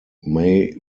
may